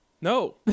No